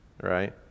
right